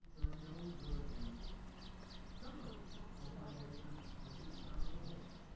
there are no good answers some of you will find answers nobody's found before,